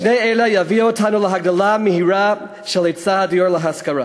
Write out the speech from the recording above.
שני אלה יביאו אותנו להגדלה מהירה של היצע הדיור להשכרה.